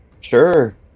Sure